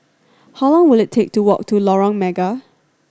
how long will it take to walk to Lorong Mega